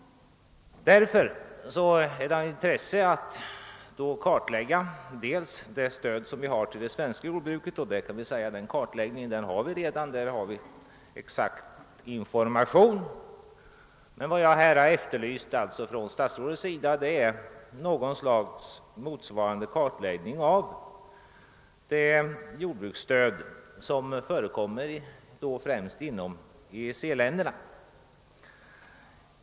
Beträffande det stöd som utgår till det svenska jordbruket har vi redan en exakt information, men vad som är av intresse och vad jag efterlyst är en motsvarande kartläggning av det jordbruksstöd som förekommer främst inom EEC-länderna.